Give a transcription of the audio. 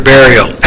burial